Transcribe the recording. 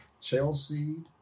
Chelsea